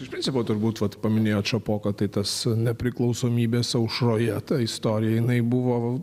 iš principo turbūt vat paminėjot šapoką tai tas nepriklausomybės aušroje ta istorija jinai buvo